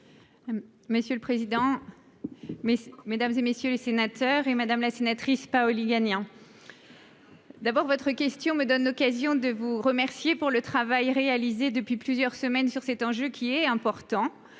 Monsieur le président, mesdames, messieurs les sénateurs, madame la sénatrice Paoli-Gagin, votre question me donne l'occasion de vous remercier du travail réalisé depuis plusieurs semaines sur cet enjeu important